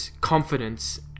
confidence